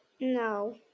No